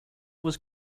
was